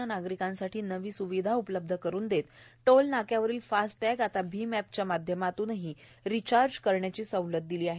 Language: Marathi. नं नागरिकांसाठी नवी स्विधा उपलब्ध करून देत टोल नाक्यावरील फास्टॅग आता भीम अॅपच्या माध्यमातूनही रिचार्ज करण्याची सवलत दिली आहे